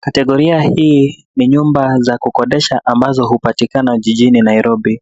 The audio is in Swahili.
Kategoria hii ni 'nyumba za kukodisha ambazo hupatikana jijini Nairobi.